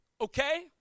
okay